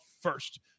first